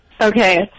Okay